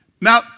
Now